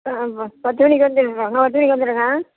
ஆ பத்து மணிக்கு வந்துடுவேன் நான் பத்து மணிக்கு வந்துடுறேங்க